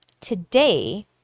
today